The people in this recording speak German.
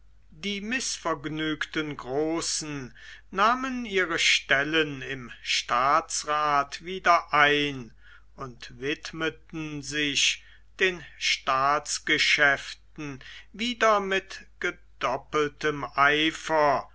die mißvergnügten großen nahmen ihre stellen im staatsrath wieder ein und widmeten sich den staatsgeschäften wieder mit gedoppeltem eifer